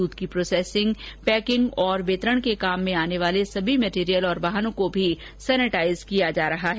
दूध की processing packing और वितरण में काम आने वाले सभी मैटेरियल और वाहनों को सेनेटाईज किया जा रहा है